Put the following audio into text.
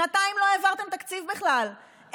שנתיים לא העברתם תקציב בכלל,